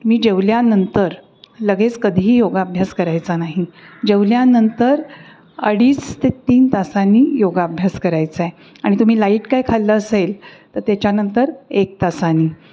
मी जेवल्यानंतर लगेच कधीही योगाभ्यास करायचा नाही जेवल्यानंतर अडीच ते तीन तासांनी योगाभ्यास करायचा आहे आणि तुम्ही लाईट काय खाल्लं असेल तर त्याच्यानंतर एक तासाने